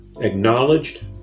acknowledged